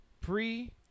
pre